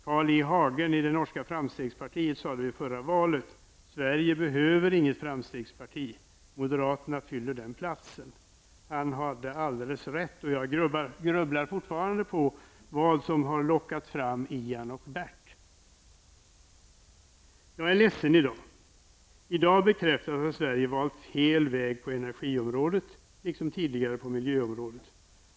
Carl I Hagen i det norska framstegspartiet sade vid förra valet: I Sverige behövs inget framstegsparti. Moderaterna fyller den platsen. Han hade alldeles rätt. Jag grubblar fortfarande på vad som har plockat fram Ian Jag är ledsen i dag. I dag bekräftas att Sverige valt fel väg på energiområdet liksom tidigare på miljöområdet.